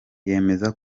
yemeza